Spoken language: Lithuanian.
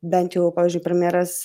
bent jau pavyzdžiui premjeras